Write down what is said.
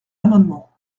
amendement